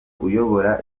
uyobora